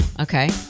Okay